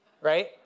right